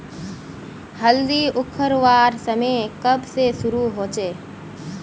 हल्दी उखरवार समय कब से शुरू होचए?